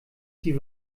die